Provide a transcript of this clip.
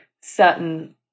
certain